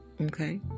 Okay